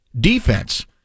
defense